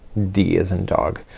d as in dog.